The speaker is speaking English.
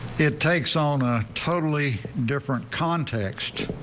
it takes on a totally different context.